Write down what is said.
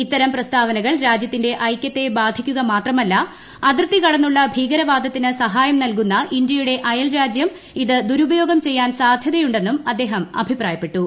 ഇത്തരം പ്രസ്താവനകൾ രാജ്യത്തിന്റെ ഐക്യത്തെ ബാധിക്കുക മാത്രമല്ല അതിർത്തി കടന്നുള്ള ഭീകരവാദത്തിന് സഹായം നൽകുന്ന ഇന്തൃയുടെ അയൽരാജ്യം ഇത് ദുരുപയോഗം ചെയ്യാൻ സാധ്യതയുണ്ടെന്നും അദ്ദേഹം അഭിപ്രായപ്പെട്ടു